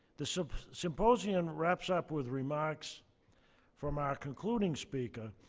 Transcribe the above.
the so symposium wraps up with remarks from our concluding speaker,